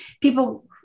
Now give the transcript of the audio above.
people